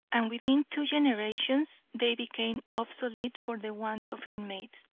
and within two generations they became obsolete for the want of inmates.